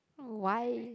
why